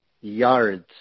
yards